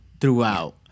throughout